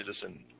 citizen